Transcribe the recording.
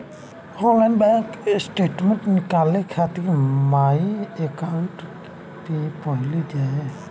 online bank statement निकाले खातिर my account पे पहिले जाए